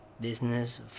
business